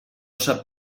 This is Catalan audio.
sap